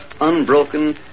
unbroken